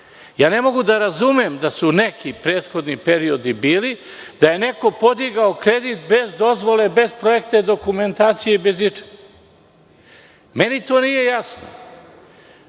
ne mogu da razumem da su neki prethodni periodi bili, da je neko podigao kredit bez dozvole, bez projektne dokumentacije i bez ičega. Meni to nije jasno.